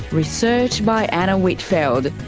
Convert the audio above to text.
research by anna whitfeld,